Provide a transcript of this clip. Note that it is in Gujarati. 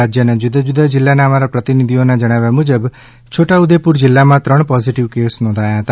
રાજયના જુદા જુદા જીલ્લાના અમારા પ્રતિનિધિઓના જણાવ્યા મુજબ છોટા ઉદેપુર જીલ્લામાં ત્રણ પોઝીટીવ કેસ નોંધાયા હતા